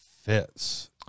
fits